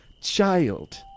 child